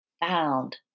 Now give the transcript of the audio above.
found